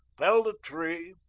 felled a tree,